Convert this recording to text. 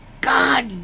God